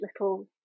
little